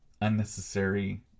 unnecessary